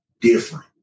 different